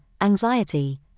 anxiety